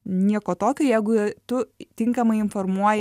nieko tokio jeigu tu tinkamai informuoji